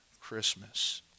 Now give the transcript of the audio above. Christmas